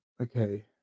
okay